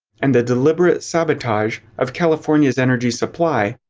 and the deliberate sabotage of california's energy supply,